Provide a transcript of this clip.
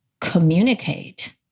communicate